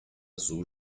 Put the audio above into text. azul